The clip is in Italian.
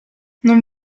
non